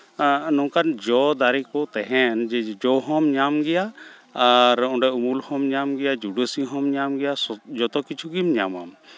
ᱱᱚᱝᱠᱟᱱ ᱡᱚ ᱫᱟᱨᱮ ᱠᱚ ᱛᱟᱦᱮᱱ ᱡᱮ ᱡᱚ ᱦᱚᱸᱢ ᱧᱟᱢ ᱜᱮᱭᱟ ᱟᱨ ᱚᱸᱰᱮ ᱩᱢᱩᱞ ᱦᱚᱸᱢ ᱧᱟᱢ ᱜᱮᱭᱟ ᱡᱩᱰᱟᱹᱥᱤ ᱦᱚᱸᱢ ᱧᱟᱢ ᱜᱮᱭᱟ ᱡᱚᱛᱚ ᱠᱤᱪᱷᱩ ᱜᱮᱢ ᱧᱟᱢᱼᱟ